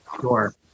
Sure